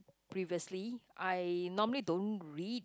previously I normally don't read